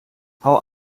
hau